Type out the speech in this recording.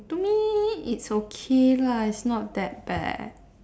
mm to me is okay lah it's not that bad